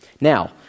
Now